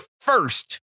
first